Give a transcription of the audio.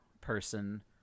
person